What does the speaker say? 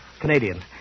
Canadian